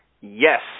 yes